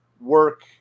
work